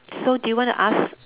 so do you want to ask